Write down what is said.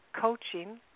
coaching